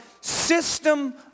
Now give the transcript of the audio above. system